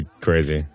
crazy